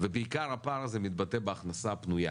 ובעיקר הפער הזה מתבטא בהכנסה הפנויה